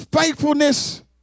faithfulness